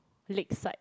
Lakeside